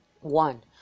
one